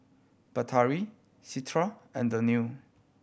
Batari Citra and Daniel